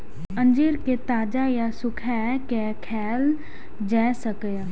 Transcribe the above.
अंजीर कें ताजा या सुखाय के खायल जा सकैए